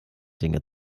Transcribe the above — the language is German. dinge